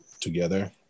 together